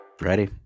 Ready